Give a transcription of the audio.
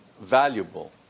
valuable